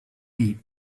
eat